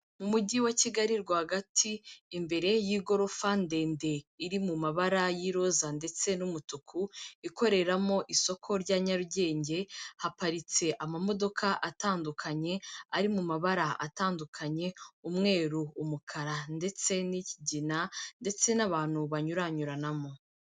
Mu Mujyi wa Kigali rwagati, imbere y'igorofa ndende, iri mu mabara y'iroza ndetse n'umutuku, ikoreramo isoko rya Nyarugenge, haparitse amamodoka atandukanye, ari mu mabara atandukanye, umweru, umukara ndetse n'ikigina ndetse n'abantu banyuranyuranamo.